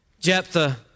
Jephthah